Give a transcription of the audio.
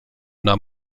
nahm